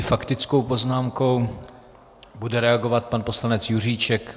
Faktickou poznámkou bude reagovat pan poslanec Juříček.